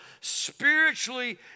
spiritually